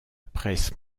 presse